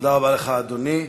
תודה רבה לך, אדוני.